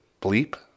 bleep